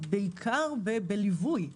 בעיקר בליווי.